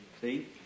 See